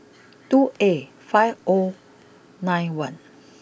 two A five O nine one